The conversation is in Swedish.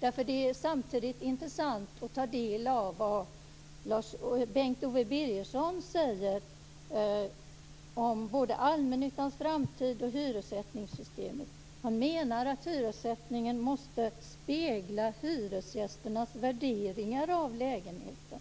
Det är samtidigt intressant att ta del av vad Bengt Owe Birgersson säger om både allmännyttans framtid och hyressättningssystemet. Han menar att hyressättningen måste spegla hyresgästernas värderingar av lägenheten.